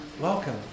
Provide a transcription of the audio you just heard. welcome